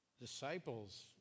disciples